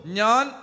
Nyan